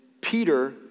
Peter